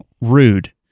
rude